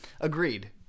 agreed